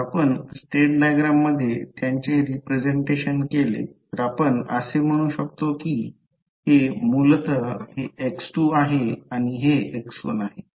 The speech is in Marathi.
जर आपण स्टेट डायग्राम मध्ये त्यांचे रिप्रेझेंटेशन केले तर आपण असे म्हणू की हे मूलतः हे x2 आहे हे x1 आहे